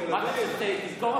מה אתה חושב --- אותנו?